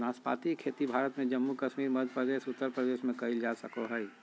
नाशपाती के खेती भारत में जम्मू कश्मीर, मध्य प्रदेश, उत्तर प्रदेश में कइल जा सको हइ